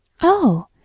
Oh